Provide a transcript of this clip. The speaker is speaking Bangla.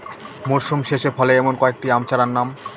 মরশুম শেষে ফলে এমন কয়েক টি আম চারার নাম?